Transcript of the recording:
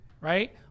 right